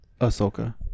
Ahsoka